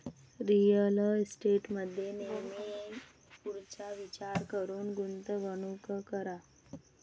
real इस्टेटमध्ये नेहमी पुढचा विचार करून गुंतवणूक करा